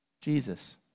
Jesus